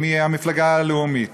מהמפלגה הלאומית.